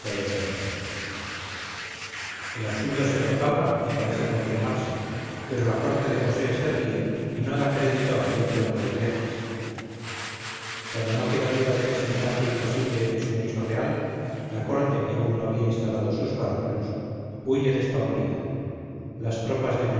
terrible el absurdo se propaga y parece confirmarse pero la corte de josé se ríe y no da crédito a aquel cuento de viejas cuando no queda duda de que semejante imposible es un hecho real la corte que aún no había instalado sus bártulos huye despavorida las tropas de